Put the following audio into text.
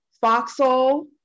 Foxhole